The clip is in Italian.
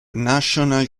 national